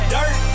Dirt